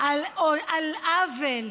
על עוול,